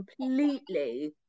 completely